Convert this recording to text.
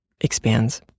expands